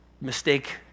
mistake